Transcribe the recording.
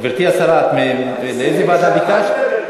גברתי השרה, לאיזה ועדה ביקשת?